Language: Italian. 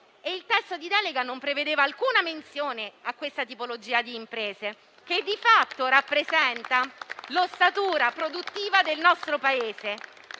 Il testo di delega non prevedeva alcuna menzione di questa tipologia di imprese, che di fatto rappresenta l'ossatura produttiva del nostro Paese.